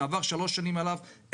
שעברו שלוש שנים עליו,